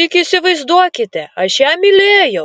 tik įsivaizduokite aš ją mylėjau